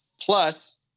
Plus